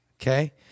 okay